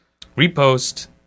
Repost